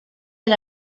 del